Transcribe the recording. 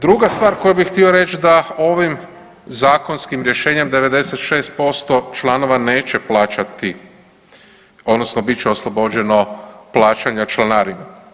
Druga stvar koju bih htio reći da ovim zakonskim rješenjem 96% članova neće plaćati odnosno biti će oslobođeno plaćanja članarine.